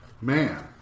man